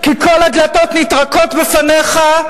כי כל הדלתות נטרקות בפניך,